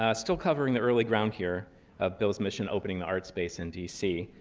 ah still covering the early ground here of bill's mission opening the art space in dc.